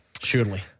Surely